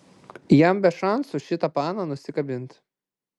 jam be šansų šitą paną nusikabint